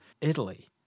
Italy